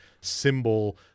symbol